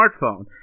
smartphone